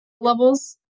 levels